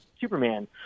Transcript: Superman